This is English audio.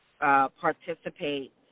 participate